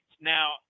Now